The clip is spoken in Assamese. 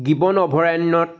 গিবন অভয়াৰণ্যত